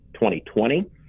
2020